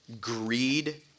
greed